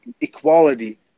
equality